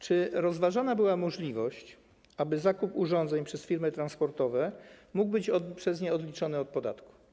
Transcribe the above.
Czy rozważana była możliwość, aby zakup urządzeń przez firmy transportowe mógł być przez nie odliczony od podatku?